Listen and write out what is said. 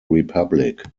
republic